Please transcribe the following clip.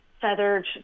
feathered